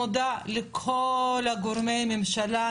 אני מודה לכל גורמי הממשלה,